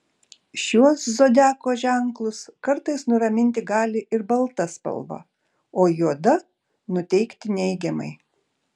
šiuos zodiako ženklus kartais nuraminti gali ir balta spalva o juoda nuteikti neigiamai